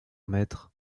maître